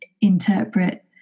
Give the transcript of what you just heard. interpret